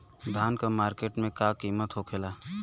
धान क मार्केट में का कीमत होखेला?